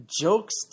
jokes